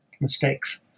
mistakes